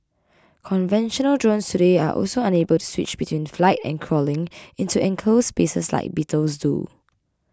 conventional drones today are also unable to switch between flight and crawling into enclosed spaces like beetles do